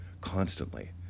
Constantly